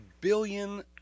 billion